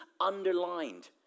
underlined